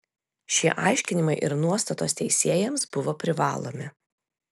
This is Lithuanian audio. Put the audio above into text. šie aiškinimai ir nuostatos teisėjams buvo privalomi